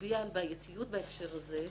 הצביעה על בעייתיות בהקשר הזה,